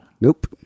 Nope